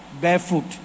Barefoot